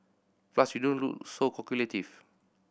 plus you don't look so calculative